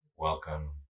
Welcome